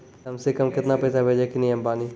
कम से कम केतना पैसा भेजै के नियम बानी?